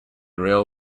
rail